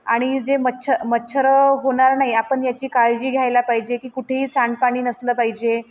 आणि जे मच्छर मच्छर होणार नाही आपण याची काळजी घ्यायला पाहिजे की कुठेही सांडपाणी नसलं पाहिजे